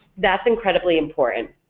that's incredibly important.